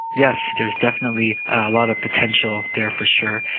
yes, there is definitely a lot of potential there for sure.